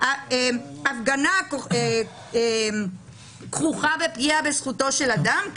בין ההפגנה שכרוכה בפגיעה בזכותו של אדם,